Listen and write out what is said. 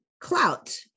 clout